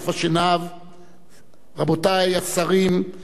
רבותי השרים, חברות וחברי הכנסת,